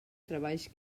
treballs